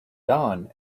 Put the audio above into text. dawn